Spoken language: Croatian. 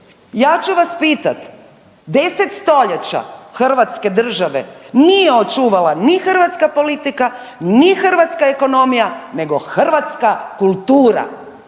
Ja ću vas pitati, 10 stoljeća Hrvatske države nije očuvala ni hrvatska politika, ni hrvatska ekonomija nego hrvatska kultura